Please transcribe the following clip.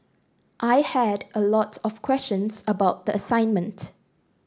I had a lot of questions about the assignment